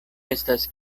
estas